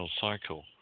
cycle